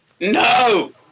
No